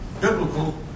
Biblical